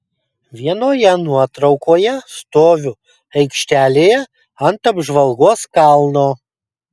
vienoje nuotraukoje stoviu aikštelėje ant apžvalgos kalno